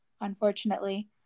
unfortunately